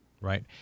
right